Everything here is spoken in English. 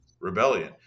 rebellion